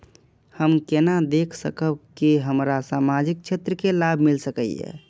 हम केना देख सकब के हमरा सामाजिक क्षेत्र के लाभ मिल सकैये?